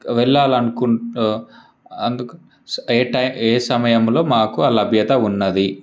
వెళ్ళాలి అనుకుం అందుకు ఏ టైం ఏ సమయంలో మాకు లభ్యత ఉన్నదీ